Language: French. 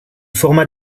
format